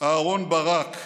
אהרן ברק.